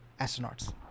astronauts